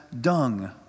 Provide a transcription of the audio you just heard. dung